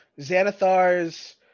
Xanathar's